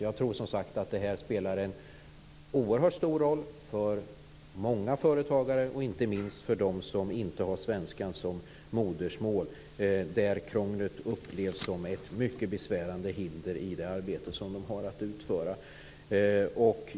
Jag tror som sagt att det här spelar en oerhört stor roll för många företagare, inte minst för dem som inte har svenskan som modersmål, vilka upplever krånglet som ett mycket besvärande hinder i det arbete som de har att utföra.